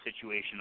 situation